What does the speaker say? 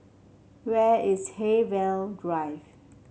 where is Haigsville Drive